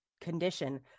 condition